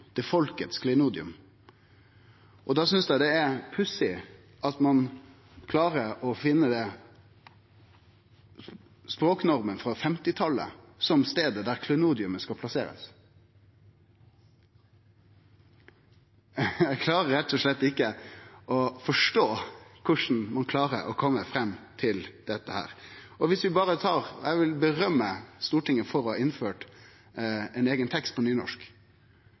folkets klenodium. Da synest eg at det er pussig at ein klarar å finne at språknorma frå 1950-talet er staden der klenodiet skal plasserast. Eg klarar rett og slett ikkje å forstå korleis ein klarar å kome fram til det. Eg vil rose Stortinget for å ha innført ein